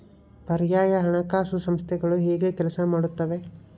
ಪರ್ಯಾಯ ಹಣಕಾಸು ಸಂಸ್ಥೆಗಳು ಹೇಗೆ ಕೆಲಸ ಮಾಡುತ್ತವೆ?